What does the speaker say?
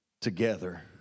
together